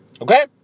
Okay